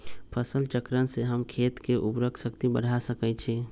फसल चक्रण से हम खेत के उर्वरक शक्ति बढ़ा सकैछि?